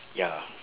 ya lor